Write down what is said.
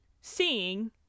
seeing